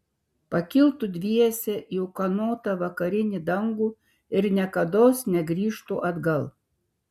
pakiltų dviese į ūkanotą vakarį dangų ir niekados negrįžtų atgal